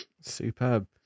Superb